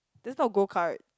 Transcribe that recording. that's not go kart